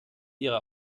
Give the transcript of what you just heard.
ihrer